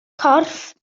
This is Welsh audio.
corff